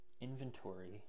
inventory